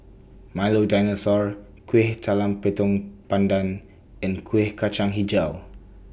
Milo Dinosaur Kueh Talam Tepong Pandan and Kuih Kacang Hijau